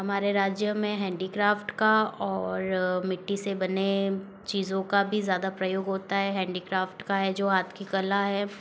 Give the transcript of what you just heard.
हमारे राज्य में हैंडीक्राफ्ट का और मिट्टी से बने चीज़ों का भी ज़्यादा प्रयोग होता है हैंडीक्राफ्ट का है जो हाथ की कला है